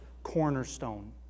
cornerstone